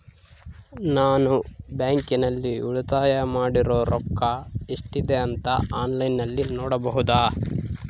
ನಾನು ಬ್ಯಾಂಕಿನಲ್ಲಿ ಉಳಿತಾಯ ಮಾಡಿರೋ ರೊಕ್ಕ ಎಷ್ಟಿದೆ ಅಂತಾ ಆನ್ಲೈನಿನಲ್ಲಿ ನೋಡಬಹುದಾ?